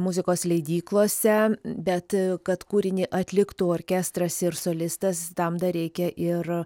muzikos leidyklose bet kad kūrinį atliktų orkestras ir solistas tam dar reikia ir